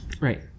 Right